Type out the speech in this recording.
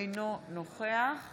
אינו נוכח